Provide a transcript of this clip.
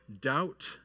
doubt